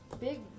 Big